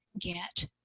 get